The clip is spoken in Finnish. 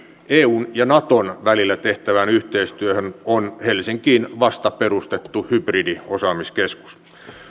eun ja naton välillä tehtävään yhteistyöhön on helsinkiin vasta perustettu hybridiosaamiskeskus